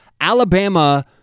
Alabama –